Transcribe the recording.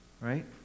Right